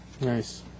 Nice